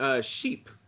sheep